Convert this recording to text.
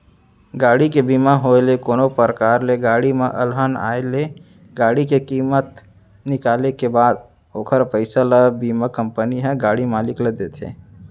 गाड़ी के बीमा होय ले कोनो परकार ले गाड़ी म अलहन आय ले गाड़ी के कीमत निकाले के बाद ओखर पइसा ल बीमा कंपनी ह गाड़ी मालिक ल देथे